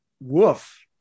woof